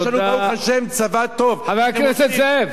יש לנו, ברוך השם, צבא טוב, חבר הכנסת זאב.